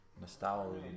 Nostalgia